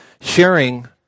sharing